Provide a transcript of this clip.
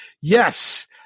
Yes